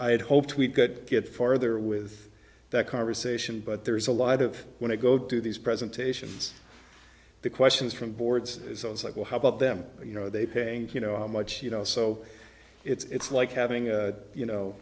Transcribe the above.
i had hoped we could get farther with that conversation but there's a lot of when i go to these presentations the questions from boards is i was like well how about them you know they paying you know how much you know so it's like having a you know